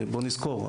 בואו נזכור,